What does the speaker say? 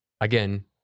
again